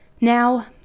Now